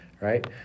right